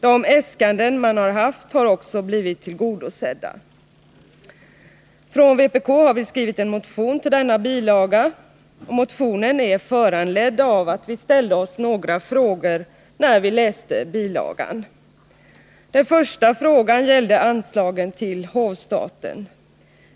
De äskanden som har gjorts har också blivit tillgodosedda. Från vpk har vi skrivit en motion till denna bilaga. Motionen är föranledd av att vi ställde oss några frågor när vi läste bilagan. Den första frågan gällde anslagen till hovstaten.